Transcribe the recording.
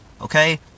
Okay